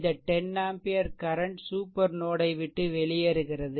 இந்த 10 ampere current super node ஐ விட்டு வெளியேறுகிறது